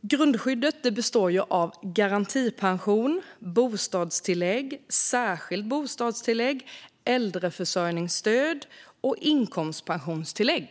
Grundskyddet består av garantipension, bostadstillägg, särskilt bostadstilllägg, äldreförsörjningsstöd och inkomstpensionstillägg.